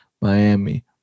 Miami